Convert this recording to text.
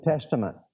Testament